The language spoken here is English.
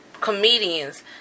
comedians